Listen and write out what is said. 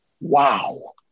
Wow